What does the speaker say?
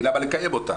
כי למה לקיים אותה?